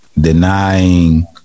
denying